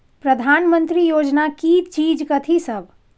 प्रधानमंत्री योजना की चीज कथि सब?